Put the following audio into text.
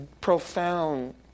profound